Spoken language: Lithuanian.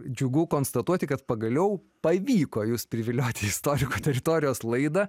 džiugu konstatuoti kad pagaliau pavyko jus privilioti į istorikų teritorijos laidą